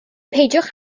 peidiwch